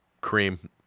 Cream